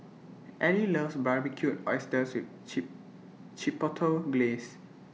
Elie loves Barbecued Oysters with Chee Chipotle Glaze